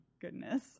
goodness